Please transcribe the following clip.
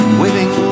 waving